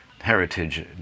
heritage